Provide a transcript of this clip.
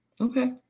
Okay